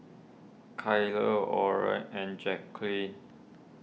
Kyler Oren and Jacquline